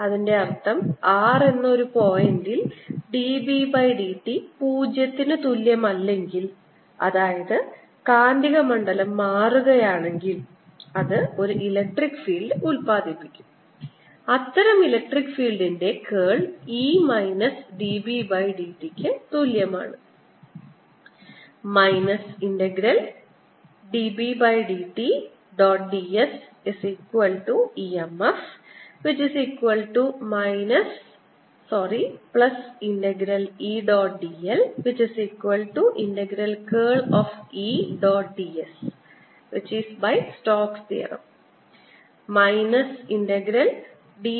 അതിന്റെ അർത്ഥം r എന്ന ഒരു പോയിന്റിൽ dB by dt 0 ന് തുല്യമല്ലെങ്കിൽ അതായത് കാന്തിക മണ്ഡലം മാറുകയാണെങ്കിൽ അത് ഒരു ഇലക്ട്രിക് ഫീൽഡ് ഉത്പാദിപ്പിക്കുന്നു അത്തരം ഇലക്ട്രിക് ഫീൽഡിന്റെ curl E minus dB by dt ക്ക് തുല്യമാണ്